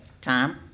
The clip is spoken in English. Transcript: Tom